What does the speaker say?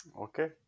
Okay